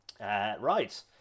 Right